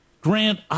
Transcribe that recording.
Grant